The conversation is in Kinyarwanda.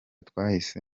twahise